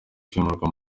kwimurirwa